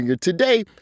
Today